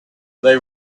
they